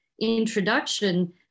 introduction